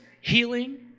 healing